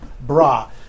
Bra